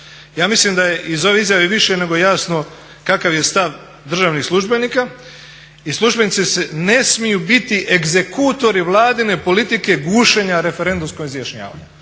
Ja mislim da je iz ove izjave više nego jasno kakav je stav državnih službenika. I službenici ne smiju biti egzekutori Vladine politike gušenja referendumskog izjašnjavanja.